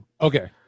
Okay